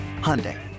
Hyundai